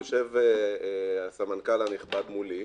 יושבת הסמנכ"ל הנכבד מולי,